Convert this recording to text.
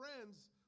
friends